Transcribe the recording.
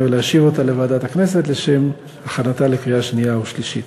ולהשיב אותה לוועדת הכנסת לשם הכנתה לקריאה שנייה ושלישית.